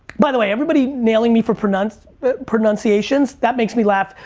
by the way, everybody nailing me for pronunciations but pronunciations that makes me laugh.